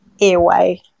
airway